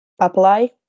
apply